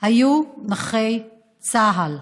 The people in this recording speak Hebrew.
היו נכי צה"ל.